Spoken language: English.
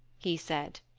he said,